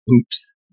Oops